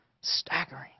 Staggering